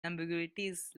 ambiguities